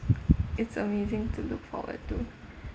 it's amazing to look forward to